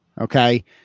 Okay